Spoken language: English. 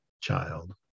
child